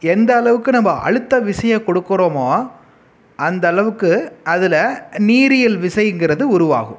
எந்த அளவுக்கு நம்ப அழுத்த விசைய கொடுக்கிறோமோ அந்த அளவுக்கு அதில் நீரியல் விசைங்கிறது உருவாகும்